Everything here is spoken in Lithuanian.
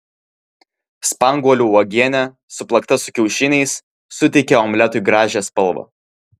spanguolių uogienė suplakta su kiaušiniais suteikia omletui gražią spalvą